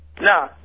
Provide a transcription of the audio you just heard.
Nah